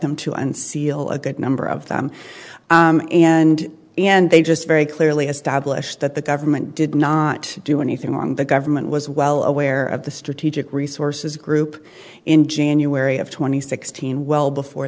them to unseal a good number of them and and they just very clearly established that the government did not do anything wrong the government was well aware of the strategic resources group in january of two thousand and sixteen well before